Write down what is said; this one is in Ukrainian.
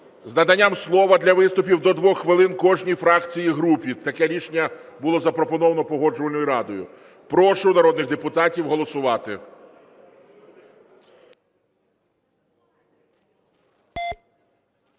з наданням слова для виступів до 2 хвилин кожній фракції і групі, таке рішення було запропоновано Погоджувальною радою. Прошу народних депутатів голосувати.